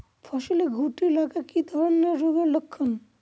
ফসলে শুটি লাগা কি ধরনের রোগের লক্ষণ?